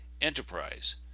enterprise